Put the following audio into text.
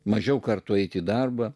mažiau kartu eiti į darbą